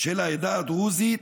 של העדה הדרוזית